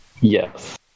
yes